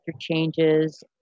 changes